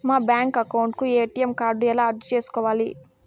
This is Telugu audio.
మా బ్యాంకు అకౌంట్ కు ఎ.టి.ఎం కార్డు ఎలా అర్జీ సేసుకోవాలి?